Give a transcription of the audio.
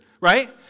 right